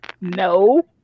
No